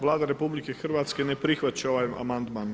Vlada RH ne prihvaća ovaj amandman.